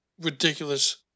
Ridiculous